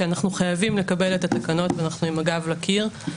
שאנחנו חייבים לקבל את התקנות ואנחנו עם הגב לקיר,